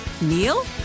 Neil